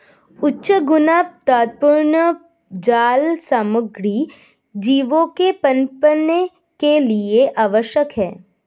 उच्च गुणवत्तापूर्ण जाल सामग्री जीवों के पनपने के लिए आवश्यक है